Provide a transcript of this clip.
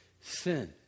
sin